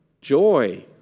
joy